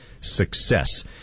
Success